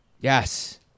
Yes